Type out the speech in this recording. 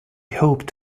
hoped